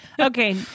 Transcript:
Okay